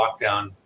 lockdown